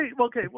okay